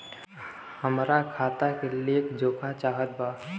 हमरा खाता के लेख जोखा चाहत बा?